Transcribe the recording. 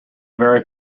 very